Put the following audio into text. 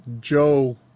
Joe